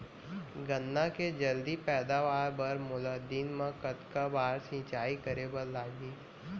गन्ना के जलदी पैदावार बर, मोला दिन मा कतका बार सिंचाई करे बर लागही?